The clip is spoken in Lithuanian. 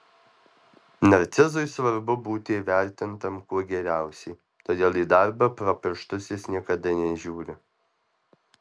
narcizui svarbu būti įvertintam kuo geriausiai todėl į darbą pro pirštus jis niekada nežiūri